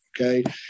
Okay